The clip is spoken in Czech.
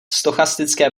stochastické